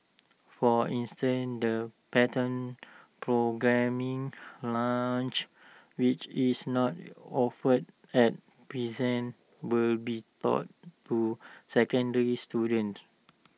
for instance the pattern programming lunch which is not offered at present will be taught to secondary students